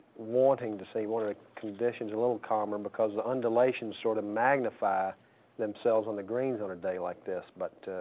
wanting to see wanted conditions a little calmer because the undulations, sort of magnify themselves on the greens on a day like this. but